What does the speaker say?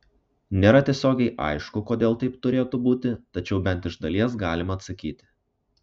nėra tiesiogiai aišku kodėl taip turėtų būti tačiau bent iš dalies galima atsakyti